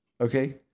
Okay